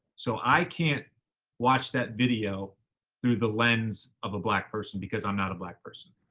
so i can't watch that video through the lens of a black person because i'm not a black person.